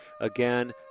Again